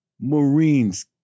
Marines